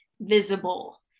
visible